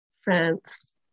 France